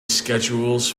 schedules